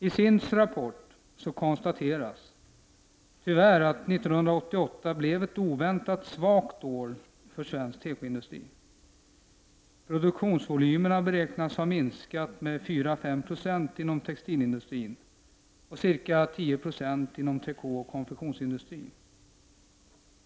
I SIND:s rapport konstateras tyvärr att 1988 blev ett oväntat svagt år för svensk tekoindustri. Produktionsvolymerna beräknas ha minskat med 4—5 90 inom textilindustrin och med ca 10 960 inom trikåoch konfektionsindustrin.